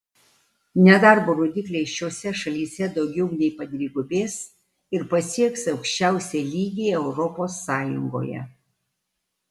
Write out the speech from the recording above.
nedarbo rodikliai šiose šalyse daugiau nei padvigubės ir pasieks aukščiausią lygį europos sąjungoje